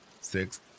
six